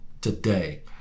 today